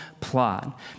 plot